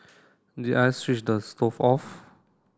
did I switch the stove off